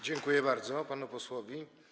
Dziękuję bardzo, panu posłowi.